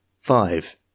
Five